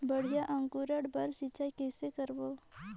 बढ़िया अंकुरण बर सिंचाई कइसे करबो?